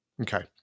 Okay